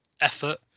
effort